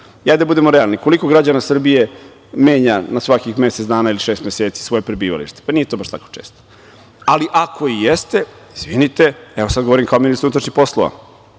da budemo realni, koliko građana Srbije menja na svakih mesec dana ili šest meseci svoje prebivalište? Pa, nije to baš tako često, ali i ako jeste, izvinite, evo sada govorim kao ministar unutrašnjih poslova,